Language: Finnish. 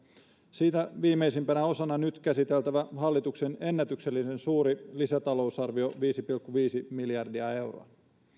siitä viimeisimpänä osana on nyt käsiteltävä hallituksen ennätyksellisen suuri lisätalousarvio viisi pilkku viisi miljardia euroa